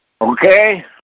Okay